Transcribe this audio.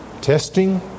testing